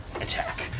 attack